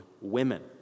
women